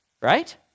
right